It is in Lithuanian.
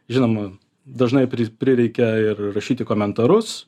žinoma dažnai prireikia ir rašyti komentarus